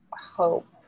hope